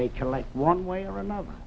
they collect one way or another